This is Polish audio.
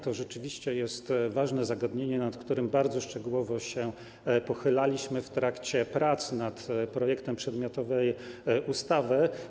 To rzeczywiście jest ważne zagadnienie, nad którym bardzo szczegółowo się pochylaliśmy w trakcie prac nad projektem przedmiotowej ustawy.